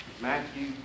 Matthew